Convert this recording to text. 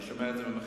אני שומע את זה ממך.